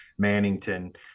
Mannington